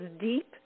deep